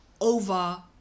over